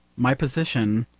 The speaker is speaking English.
my position,